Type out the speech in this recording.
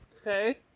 Okay